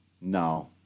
no